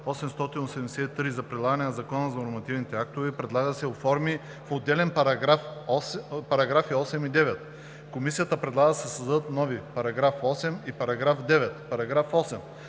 за прилагане на Закона за нормативните актове предлага да се оформи в отделни параграфи – 8 и 9. Комисията предлага да се създадат нови § 8 и § 9: „§ 8.